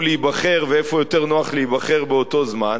להיבחר ואיפה יותר נוח להיבחר באותו הזמן,